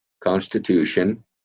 constitution